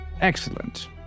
Excellent